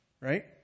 right